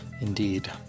indeed